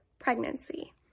Pregnancy